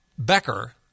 becker